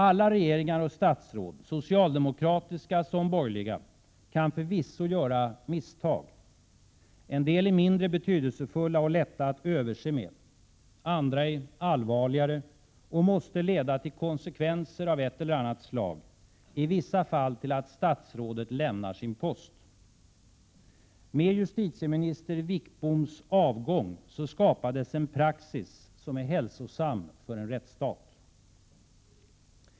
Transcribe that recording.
Alla regeringar och statsråd, socialdemokratiska som borgerliga, kan förvisso göra misstag. En del är mindre betydelsefulla och lätta att överse med. Andra är allvarligare och måste leda till konsekvenser av ett eller annat slag, i vissa fall till att statsrådet lämnar sin post. Med justitieminister Wickboms avgång skapades en praxis som är hälsosam för en rättsstat.